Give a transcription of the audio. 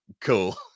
cool